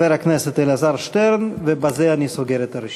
חבר הכנסת אלעזר שטרן, ובזה אני סוגר את הרשימה.